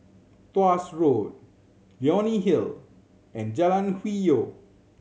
Tuas Road Leonie Hill and Jalan Hwi Yoh